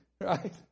right